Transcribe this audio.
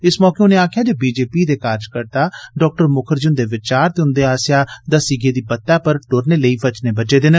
इस मौके उनें आक्खेआ जे बीजेपी दे कार्जकर्ता डॉ मुखर्जी हुन्दे विचार ते उन्दे आसेया दस्सी गेदी बत्तै पर दुरने लेई बचने बज्झे दे न